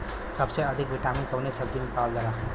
सबसे अधिक विटामिन कवने सब्जी में पावल जाला?